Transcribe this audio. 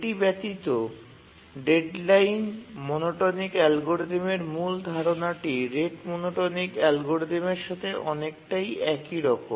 এটি ব্যতীত deadline monotonic অ্যালগরিদমের মূল ধারণাটি রেট মনোটোনিক অ্যালগরিদমের সাথে অনেকটাই একই রকম